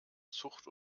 zucht